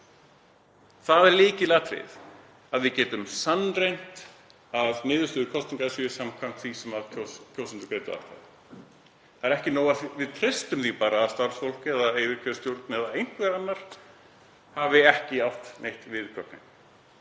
Það er lykilatriði að við getum sannreynt að niðurstöður kosninganna séu samkvæmt því hvernig kjósendur greiddu atkvæði. Það er ekki nóg að við treystum því bara að starfsfólk eða yfirkjörstjórn eða einhver annar hafi ekki átt neitt við gögnin.